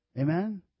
Amen